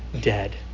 dead